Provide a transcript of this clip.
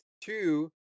two